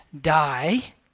die